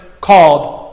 called